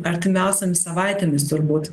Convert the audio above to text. artimiausiomis savaitėmis turbūt